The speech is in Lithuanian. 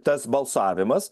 tas balsavimas